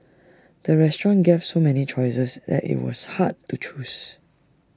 the restaurant gave so many choices that IT was hard to choose